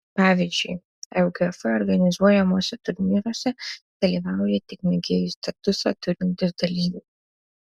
pavyzdžiui lgf organizuojamuose turnyruose dalyvauja tik mėgėjų statusą turintys dalyviai